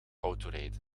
autorijden